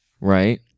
right